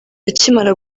akimara